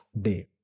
day